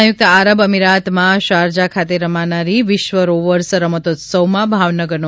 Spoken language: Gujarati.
સંયુકત આરબ અમીરાતમાં શારજાહ ખાતે રમાનારી વિશ્વ રોવર્સ રમતોત્સવમાં ભાવનગરનો